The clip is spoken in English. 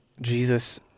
Jesus